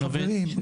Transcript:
לא, חברים.